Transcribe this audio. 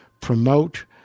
promote